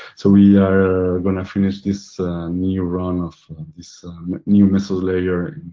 so, we are gonna finish this new run of this new mesolayer